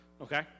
Okay